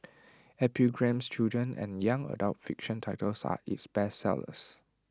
epigram's children and young adult fiction titles are its bestsellers